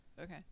okay